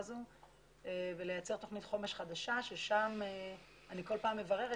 הזאת ולייצר תוכנית חומש חדשה שם אני כל פעם מבררת